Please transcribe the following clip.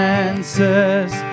answers